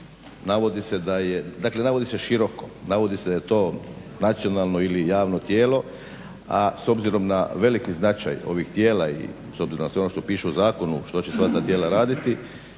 navodi se da je, dakle navodi se široko. Navodi se da je to nacionalno ili javno tijelo, a s obzirom na veliki značaj ovih tijela i s obzirom na sve ono što piše u zakonu što će sva ta tijela raditi